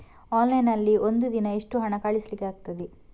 Online ನಲ್ಲಿ ಒಂದು ದಿನ ಎಷ್ಟು ಹಣ ಕಳಿಸ್ಲಿಕ್ಕೆ ಆಗ್ತದೆ?